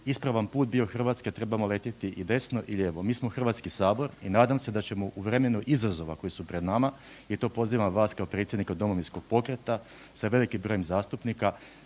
ispravan put bio Hrvatske, trebamo letjeti i desno i lijevo. Mi smo Hrvatski sabor i nadam se da ćemo u vremenu izazova koji su pred nama i to pozivam vas kao predsjednika Domovinskog pokreta sa velikim brojem zastupnika,